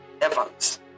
Evans